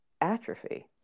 atrophy